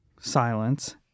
silence